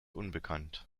unbekannt